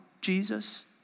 Jesus